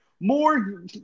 more